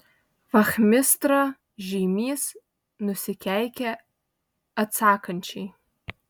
vachmistra žeimys nusikeikė atsakančiai